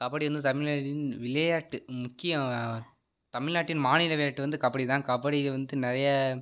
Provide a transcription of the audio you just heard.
கபடி வந்து தமிழ்நாட்டின் விளையாட்டு முக்கிய தமிழ்நாட்டின் மாநில விளையாட்டு வந்து கபடி தான் கபடியில் வந்து நிறைய